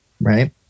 Right